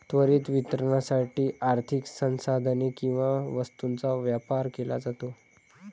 त्वरित वितरणासाठी आर्थिक संसाधने किंवा वस्तूंचा व्यापार केला जातो